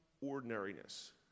ordinariness